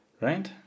right